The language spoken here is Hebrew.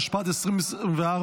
התשפ"ד 2024,